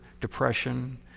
depression